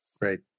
Great